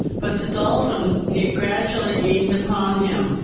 but the dolphin gradually gained upon him,